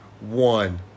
one